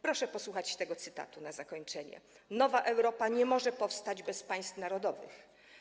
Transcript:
Proszę posłuchać tego cytatu na zakończenie: Nowa Europa nie może powstać bez państw narodowych.